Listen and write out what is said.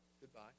goodbye